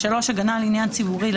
הגנה על עניין ציבורי,